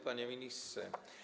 Panie Ministrze!